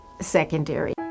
secondary